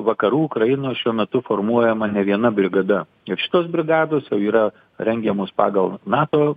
vakarų ukrainoj šiuo metu formuojama ne viena brigada ir šitos brigados jau yra rengiamos pagal nato